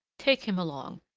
take him along.